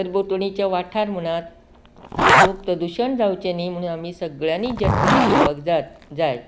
सरभोंवतणीचे वाठार म्हणात हातूंत प्रदूशण जावचें न्ही म्हण आमी सगल्यांनी जतनाय घेवपाक जाय